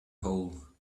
hole